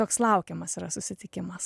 toks laukiamas yra susitikimas